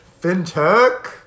fintech